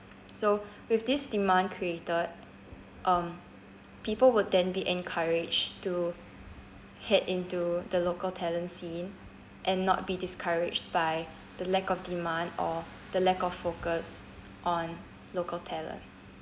so with this demand created um people would then be encouraged to head into the local talents scene and not be discouraged by the lack of demand or the lack of focus on local talent